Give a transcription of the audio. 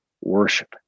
worship